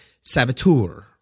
Saboteur